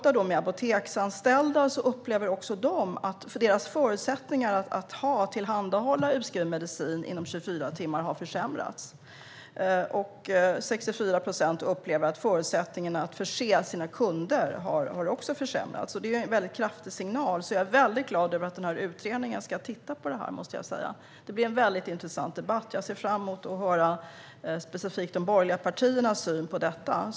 Apoteksanställda upplever också att deras förutsättningar att tillhandahålla utskriven medicin inom 24 timmar har försämrats. 64 procent upplever att förutsättningarna att förse sina kunder med medicin har försämrats. Det är en mycket kraftig signal, så jag är väldigt glad över att utredningen ska titta på det här. Det blir en väldigt intressant debatt. Jag ser specifikt fram emot att höra de borgerliga partiernas syn på detta.